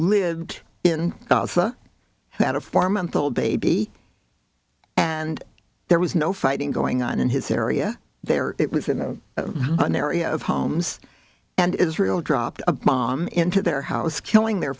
lived in gaza had a four month old baby and there was no fighting going on in his area there it was in an area of homes and israel dropped a bomb into their house killing their